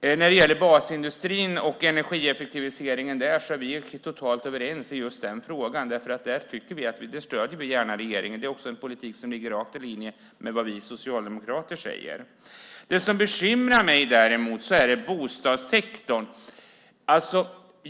När det gäller frågan om basindustrin och energieffektiviseringen är vi egentligen totalt överens, därför att där stöder vi gärna regeringen. Det är en politik som ligger helt i linje med vad vi socialdemokrater säger. Det som bekymrar mig däremot är bostadssektorn.